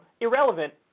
Irrelevant